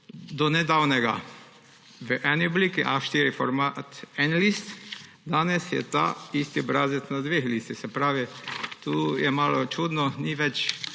do nedavnega v eni obliki, A4 format, en list, danes je ta isti obrazec na dveh listih; se pravi, tukaj je malo čudno. Ni več